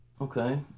Okay